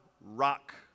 rock